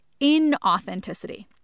Inauthenticity